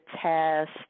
test